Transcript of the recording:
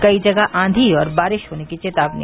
कई जगह आंधी और बारिश होने की चेतावनी